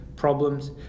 Problems